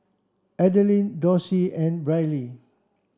Adeline Dorsey and Brylee